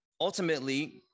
ultimately